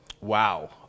Wow